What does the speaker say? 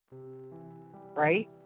Right